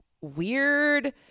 weird